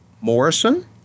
Morrison